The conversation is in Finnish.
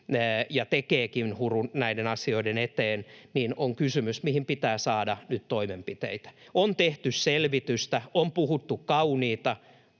tekeekin näiden asioiden eteen — on kysymys, mihin pitää saada nyt toimenpiteitä. On tehty selvitystä, on puhuttu kauniita,